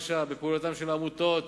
בפעילותן של העמותות,